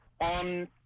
on